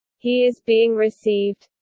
he is being received.